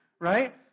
right